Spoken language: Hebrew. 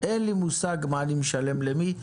אין לי מושג מה אני משלם למי.